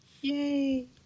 Yay